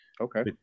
Okay